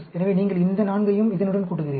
எனவே நீங்கள் இந்த 4 ஐயும் இதனுடன் கூட்டுகிறீர்கள்